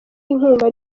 inkunga